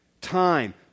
Time